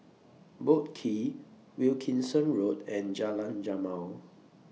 Boat Quay Wilkinson Road and Jalan Jamal